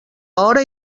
hora